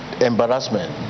embarrassment